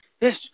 yes